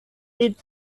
eat